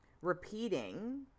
repeating